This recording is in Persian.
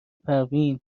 پروین